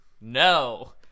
No